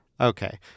Okay